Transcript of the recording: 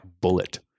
bullet